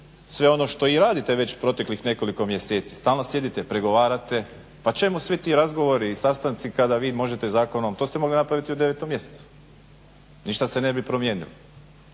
sve ono što i radite već proteklih nekoliko mjeseci. Stalno sjedite, pregovarate. Pa čemu svi ti razgovori i sastanci kada vi možete zakonom. To ste mogli napraviti u 9 mjesecu. Ništa se ne bi promijenilo.